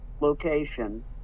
location